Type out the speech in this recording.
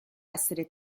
essere